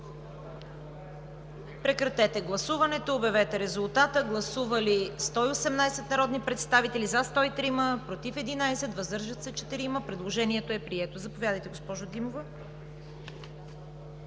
Прекратете гласуването и обявете резултата. Гласували 117 народни представители: за 100, против няма, въздържали се 17. Предложението е прието. Заповядайте за процедура,